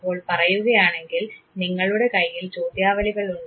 അപ്പോൾ പറയുകയാണെങ്കിൽ നിങ്ങളുടെ കയ്യിൽ ചോദ്യാവലികൾ ഉണ്ട്